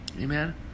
Amen